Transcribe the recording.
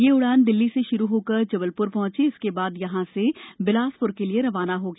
यह उड़ान दिल्ली से श्रू होकर जबलप्र पहुंचीए इसके बाद यहाँ से बिलासप्र के लिए रवाना होगी